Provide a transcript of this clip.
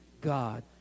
God